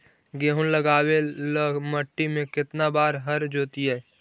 गेहूं लगावेल मट्टी में केतना बार हर जोतिइयै?